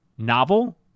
novel